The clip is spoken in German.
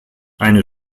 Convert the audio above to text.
eine